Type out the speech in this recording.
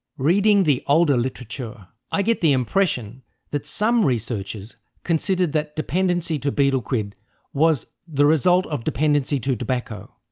reading the older literature, i get the impression that some researchers considered that dependency to betel quid was the result of dependency to tobacco.